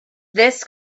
this